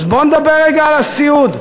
אז בוא נדבר רגע על הסיעוד.